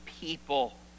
people